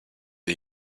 are